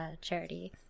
charity